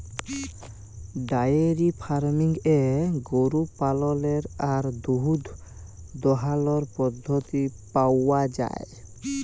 diary ফার্মিংয়ে গরু পাললের আর দুহুদ দহালর পদ্ধতি পাউয়া যায়